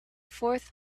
fourth